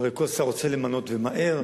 הרי כל שר רוצה למנות ומהר,